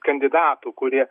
kandidatų kurie